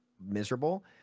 miserable